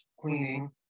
cleaning